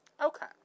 Okay